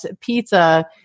pizza